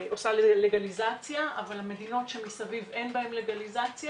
עושה לגליזציה אבל במדינות שמסביב אין לגליזציה